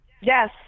Yes